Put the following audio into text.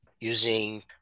using